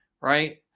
right